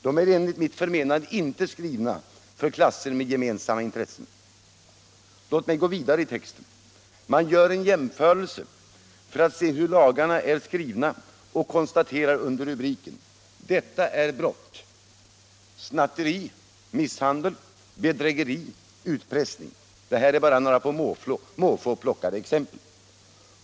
De är inte skrivna för klasser med gemensamma intressen. Låt mig gå vidare i texten. Man gör en jämförelse för att se hur lagarna är skrivna och konstaterar under rubriken Dessa handlingar är brott säger lagen”: Snatteri, misshandel, bedrägeri. utpressning. — Detta är bara några på måfå plockade exempel.